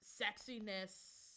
sexiness